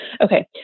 Okay